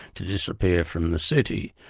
to disappear from the city.